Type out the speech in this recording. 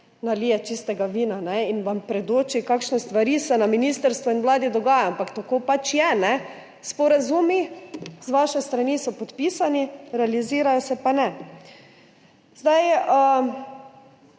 nalije čistega vina in vam predoči, kakšne stvari se na ministrstvu in Vladi dogajajo, ampak tako pač je. Sporazumi so z vaše strani podpisani, realizirajo se pa ne.